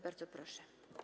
Bardzo proszę.